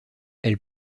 elle